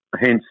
hence